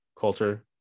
culture